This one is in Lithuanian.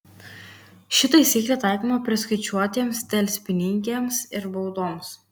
ši taisyklė taikoma ir priskaičiuotiems delspinigiams ir baudoms